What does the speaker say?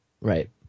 Right